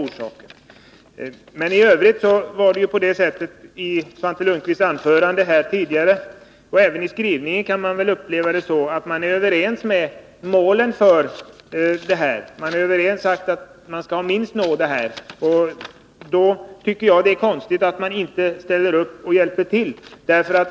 I övrigt kan Svante Lundkvists anförande och utskottsmajoritetens skrivning uppfattas så att man är överens om målen. Därför är det konstigt att ni inte ställer upp och hjälper till.